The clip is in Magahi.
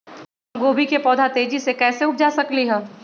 हम गोभी के पौधा तेजी से कैसे उपजा सकली ह?